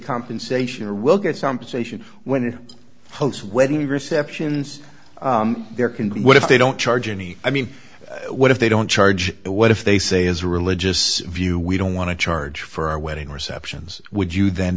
compensation or we'll get some position when it hosts wedding receptions there can be what if they don't charge any i mean what if they don't charge what if they say as a religious view we don't want to charge for our wedding receptions would you then